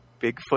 Bigfoot